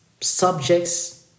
subjects